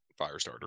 Firestarter